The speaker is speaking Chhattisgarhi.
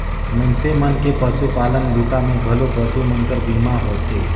मइनसे मन के पसुपालन बूता मे घलो पसु मन कर बीमा होथे